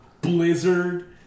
Blizzard